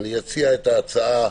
לכן מה שמוצע כרגע,